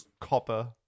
copper